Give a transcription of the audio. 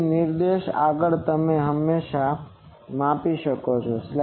ફરીથી નિર્દેશનની આગળ તમે હંમેશાં માપી શકો છો